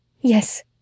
Yes